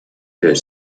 the